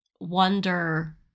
wonder